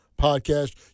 podcast